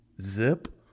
Zip